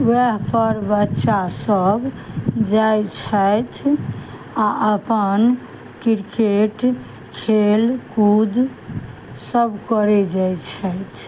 वएह पर बच्चा सब जाइ छथि आ अपन क्रिकेट खेल कूद सब करै जाइ छथि